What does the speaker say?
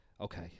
okay